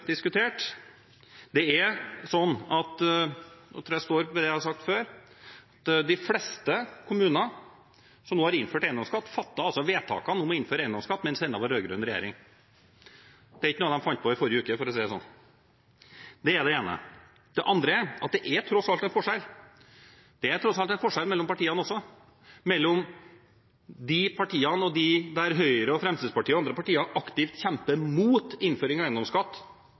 diskutert. Det er sånn – nå tror jeg jeg står ved det jeg har sagt før – at de fleste kommuner som nå har innført eiendomsskatt, fattet vedtak om å innføre eiendomsskatt mens det ennå var rød-grønn regjering. Det er ikke noe de fant på i forrige uke, for å si det sånn. Det er det ene. Det andre er at det er tross alt en forskjell mellom partiene også, mellom de partiene – Høyre, Fremskrittspartiet og andre partier – som aktivt kjemper mot innføring av eiendomsskatt